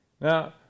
Now